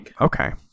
okay